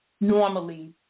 normally